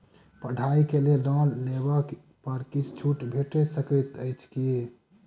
पढ़ाई केँ लेल लोन लेबऽ पर किछ छुट भैट सकैत अछि की?